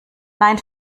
nein